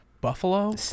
buffalo